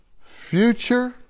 future